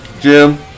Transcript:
Jim